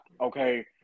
okay